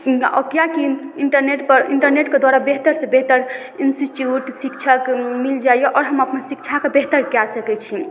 हिनका आओर किएककि इन इन्टरनेटपर इन्टरनेटके द्वारा बेहतरसँ बेहतर इन्सिच्युट शिक्षक मिल जाइए आओर हम अपना शिक्षाके बेहतर कए सकय छी